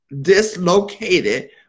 dislocated